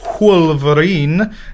Wolverine